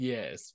Yes